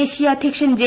ദേശീയ അധ്യക്ഷൻ ജെ